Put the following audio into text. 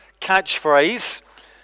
catchphrase